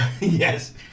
Yes